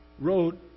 wrote